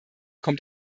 kommt